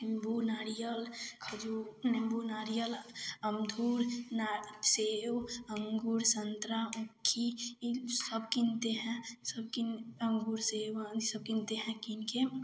नींबू नारियल खजू नींबू नारियल अमदूर ना सेब अंगूर संतरा ऊखी ई सब कीनते हैं सब किन अंगूर सेब ई सब कीनते हैं कीन के